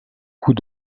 coup